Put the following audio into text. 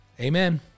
Amen